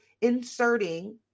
inserting